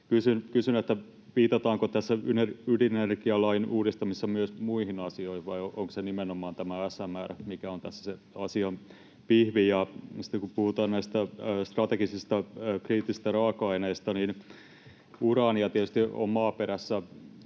Kysyn: viitataanko tässä ydinenergialain uudistamisessa myös muihin asioihin, vai onko se nimenomaan tämä SMR, mikä on tässä se asian pihvi? Sitten kun puhutaan näistä strategisista kriittisistä raaka-aineista, niin uraania tietysti on maaperässä